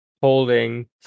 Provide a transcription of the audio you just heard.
holding